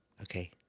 Okay